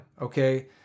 okay